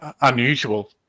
unusual